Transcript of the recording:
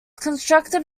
constructed